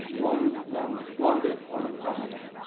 ones long-squandered on a promise,